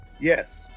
Yes